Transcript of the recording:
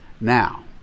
now